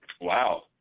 Wow